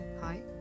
Hi